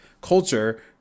culture